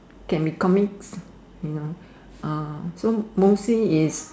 can be comics you know uh so mostly is